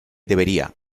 debería